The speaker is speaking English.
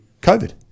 COVID